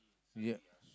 ya